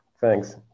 Thanks